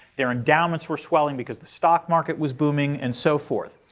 their endowments were swelling because the stock market was booming and so forth.